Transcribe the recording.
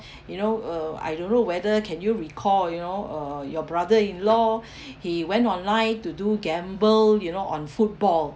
you know uh I don't know whether can you recall you know uh your brother-in-law he went online to do gamble you know on football